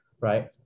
right